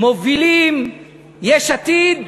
מובילים יש עתיד,